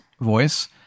voice